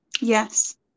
Yes